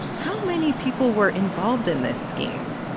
how many people were involved in this scheme?